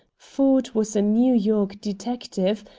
ford was a new york detective,